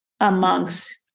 amongst